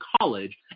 college